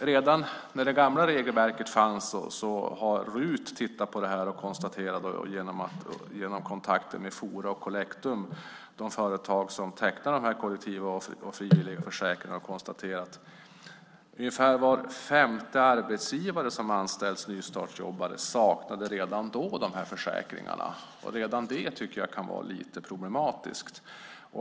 Redan när det gamla regelverket fanns tittade Rut på det här och konstaterade efter kontakter med Fora och Collectum att ungefär var femte arbetsgivare som anställt nystartsjobbare redan då saknade försäkringar. Bara det tycker jag kan vara lite problematiskt.